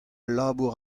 labour